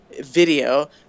video